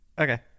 okay